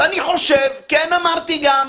אני חושב ואמרתי גם,